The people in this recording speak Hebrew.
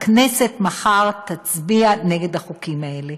הכנסת מחר תצביע נגד החוקים האלה.